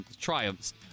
triumphs